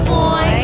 boy